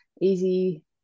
easy